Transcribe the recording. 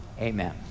Amen